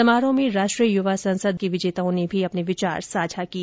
समारोह में राष्ट्रीय युवा संसद के विजेताओं ने भी अपने विचार साझा किए